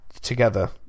together